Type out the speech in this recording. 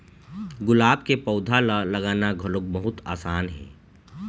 गुलाब के पउधा ल लगाना घलोक बहुत असान हे